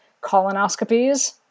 colonoscopies